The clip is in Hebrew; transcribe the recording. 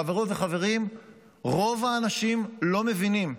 חברות וחברים, רוב האנשים לא מבינים.